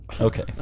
Okay